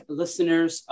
listeners